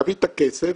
גבית כסף,